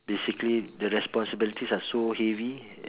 basically the responsibilities are so heavy